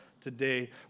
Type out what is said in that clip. today